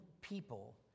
people